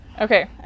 Okay